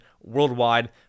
worldwide